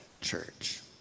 church